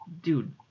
dude